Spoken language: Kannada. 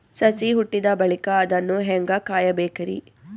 ಸಸಿ ಹುಟ್ಟಿದ ಬಳಿಕ ಅದನ್ನು ಹೇಂಗ ಕಾಯಬೇಕಿರಿ?